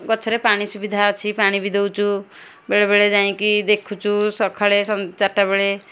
ଗଛରେ ପାଣି ସୁବିଧା ବି ଅଛି ଗଛରେ ପାଣି ବି ଦେଉଛୁ ବେଳେବେଳେ ଯାଇକି ଦେଖୁଛୁ ସକାଳୁ ଚାରିଟା ବେଳେ